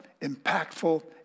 impactful